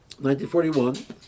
1941